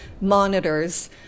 monitors